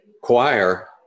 choir